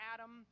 Adam